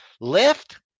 Lift